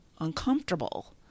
uncomfortable